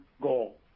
goal